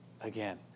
again